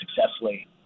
successfully